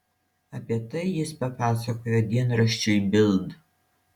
apie tai jis papasakojo dienraščiui bild